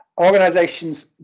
Organizations